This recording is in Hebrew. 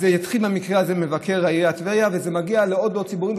אז זה התחיל במקרה הזה עם מבקר עיריית טבריה ומגיע לעוד ועוד ציבורים,